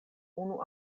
unu